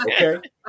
okay